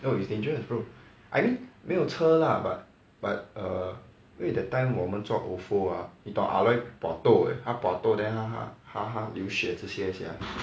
yo it's dangerous bro I mean 没有车 lah but but err 因为 that time 我们做 O_F_O ah 你懂 ah loi pua toh eh 他 pua toh then 他他他他流血这些 sia